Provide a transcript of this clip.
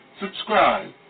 Subscribe